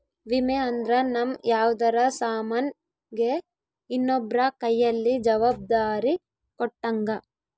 ವಿಮೆ ಅಂದ್ರ ನಮ್ ಯಾವ್ದರ ಸಾಮನ್ ಗೆ ಇನ್ನೊಬ್ರ ಕೈಯಲ್ಲಿ ಜವಾಬ್ದಾರಿ ಕೊಟ್ಟಂಗ